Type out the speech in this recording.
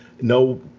No